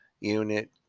unit